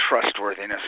trustworthiness